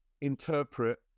interpret